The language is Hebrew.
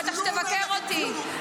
בטח שתבקר אותי.